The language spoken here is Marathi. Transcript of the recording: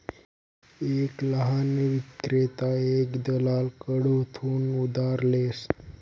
एक लहान ईक्रेता एक दलाल कडथून उधार लेस